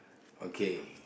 okay